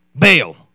bail